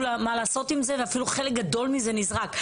מה לעשות עם זה ואפילו חלק גדול מזה נזרק.